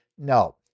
No